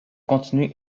continuer